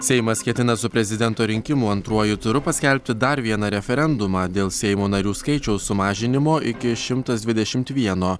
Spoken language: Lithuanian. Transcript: seimas ketina su prezidento rinkimų antruoju turu paskelbti dar vieną referendumą dėl seimo narių skaičiaus sumažinimo iki šimtas dvidešimt vieno